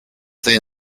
then